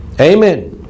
Amen